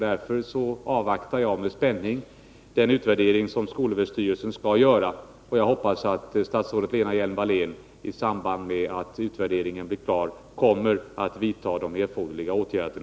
Därför avvaktar jag med spänning den utvärdering som skolöverstyrelsen skall göra, och jag hoppas att statsrådet Lena Hjelm-Wallén när utvärderingen blir klar vidtar erforderliga åtgärder.